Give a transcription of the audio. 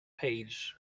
page